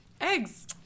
Eggs